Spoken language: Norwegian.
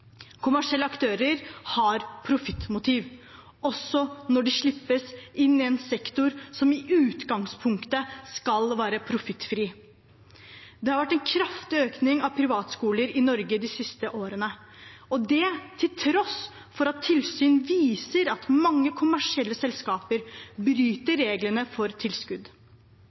profittmotiv også når de slippes inn i en sektor som i utgangspunktet skal være profittfri. Det har vært en kraftig økning av privatskoler i Norge de siste årene, og det til tross for at tilsyn viser at mange kommersielle selskaper bryter reglene for tilskudd.